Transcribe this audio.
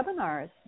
webinars